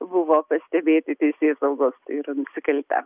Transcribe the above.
buvo pastebėti teisėsaugos ir nusikaltę